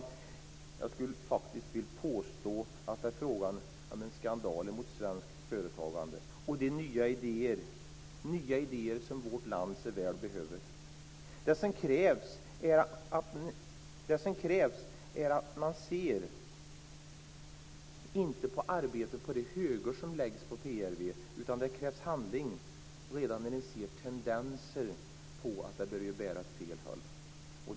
Jag skulle faktiskt vilja påstå att det är frågan om en skandal mot svenskt företagande och de nya idéer som vårt land så väl behöver. Man kan inte vänta tills arbetet har lagts i stora högar på PRV, utan det krävs handling redan när man ser tendenser till att det börjar bära åt fel håll.